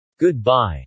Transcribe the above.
Goodbye